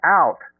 out